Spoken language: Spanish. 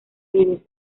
leves